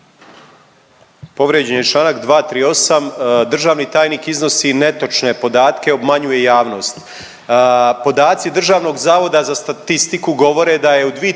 Povrijeđen je članak 238. državni tajnik iznosi netočne podatke i obmanjuje javnost. Podaci Državnog zavoda za statistiku govore da je u 2022.